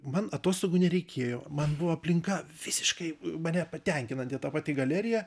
man atostogų nereikėjo man buvo aplinka visiškai mane patenkinanti ta pati galerija